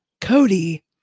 Cody